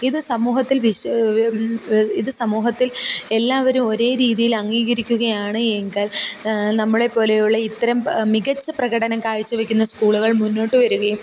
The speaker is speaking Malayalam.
ഇത് സമൂഹത്തിൽ ഇത് സമൂഹത്തിൽ എല്ലാവരും ഒരേ രീതിയിൽ അംഗീകരിക്കുകയാണ് എങ്കിൽ നമ്മളെപ്പോലെയുള്ള ഇത്തരം മികച്ച പ്രകടനം കാഴ്ച്ചവയ്ക്കുന്ന സ്കൂളുകൾ മുന്നോട്ട് വരികയും